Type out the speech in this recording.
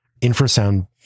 infrasound